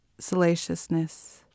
salaciousness